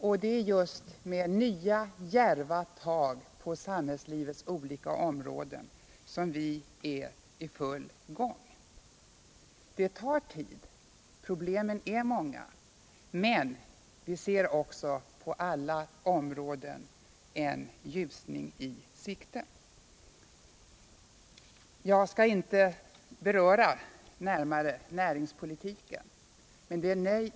Och det är just nya, djärva tag på samhällslivets olika områden som vi arbetar på. Det tar tid — problemen är många. Men vi har ändå på alla områden en ljusning i sikte. Jag skall inte närmare beröra näringspolitiken.